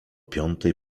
piątej